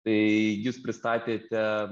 tai jūs pristatėte